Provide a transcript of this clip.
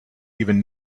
even